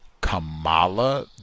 Kamala